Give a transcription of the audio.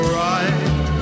right